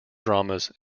dramas